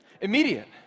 Immediate